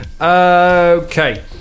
Okay